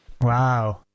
wow